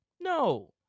No